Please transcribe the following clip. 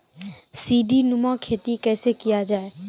सीडीनुमा खेती कैसे किया जाय?